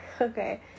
Okay